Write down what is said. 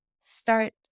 start